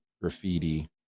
graffiti